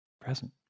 present